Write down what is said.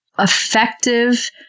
effective